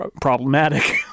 problematic